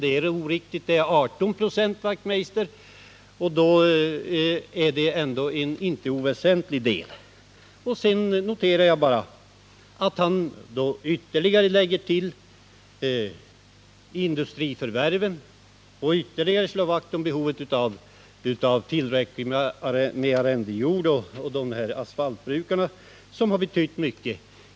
Det är oriktigt — det är 18 96, Hans Wachtmeister, och det är inte en oväsentlig del. Jag noterar att Hans Wachtmeister ytterligare lägger till industriförvärven och ytterligare slår vakt om behovet av tillräckligt med arrendejord. Han säger också att asfaltbrukarna betytt mycket.